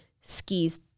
skis